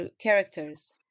characters